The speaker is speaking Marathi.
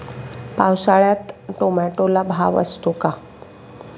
पावसाळ्यात टोमॅटोला भाव असतो का?